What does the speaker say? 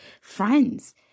friends